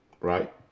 right